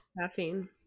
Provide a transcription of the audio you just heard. Caffeine